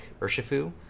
Urshifu